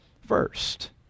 first